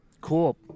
cool